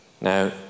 Now